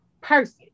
person